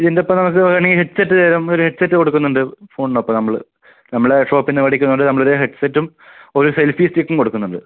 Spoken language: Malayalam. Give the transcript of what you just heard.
ഇതിൻ്റെയൊപ്പം നമുക്ക് വേണമെങ്കിൽ ഹെഡ് സെറ്റ് നമുക്ക് ഒരു ഹെഡ് സെറ്റ് കൊടുക്കുന്നുണ്ട് ഫോണിൻ്റെ ഒപ്പം നമ്മൾ നമ്മൾ ഷോപ്പിൽ നിന്ന് മേടിക്കുന്നതു കൊണ്ട് നമ്മൾ ഒരു ഹെഡ് സെറ്റും ഒരു സെൽഫി സ്റ്റിക്കും കൊടുക്കുന്നുണ്ട്